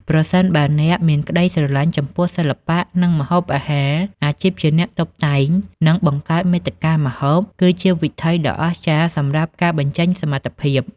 ប្រសិនបើអ្នកមានក្តីស្រឡាញ់ចំពោះសិល្បៈ និងម្ហូបអាហារ អាជីពជាអ្នកតុបតែង និងបង្កើតមាតិកាម្ហូប គឺជាវិថីដ៏អស្ចារ្យសម្រាប់ការបញ្ចេញសមត្ថភាព។